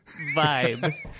vibe